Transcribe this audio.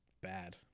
bad